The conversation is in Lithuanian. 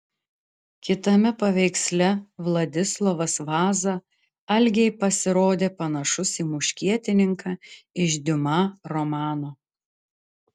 kitame paveiksle vladislovas vaza algei pasirodė panašus į muškietininką iš diuma romano